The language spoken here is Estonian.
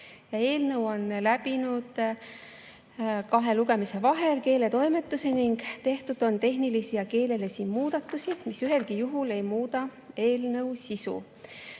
Eelnõu on läbinud kahe lugemise vahel keeletoimetuse ning tehtud on tehnilisi ja keelelisi muudatusi, mis ühelgi juhul ei muuda eelnõu sisu.